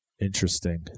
Interesting